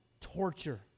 torture